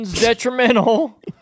Detrimental